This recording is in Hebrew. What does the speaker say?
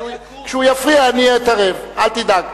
שם זה היה קורס, כשהוא יפריע אני אתערב, אל תדאג.